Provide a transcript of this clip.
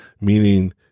meaning